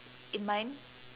in mind